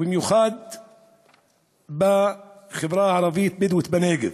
ובמיוחד בחברה הערבית הבדואית בנגב.